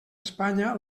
espanya